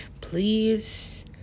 please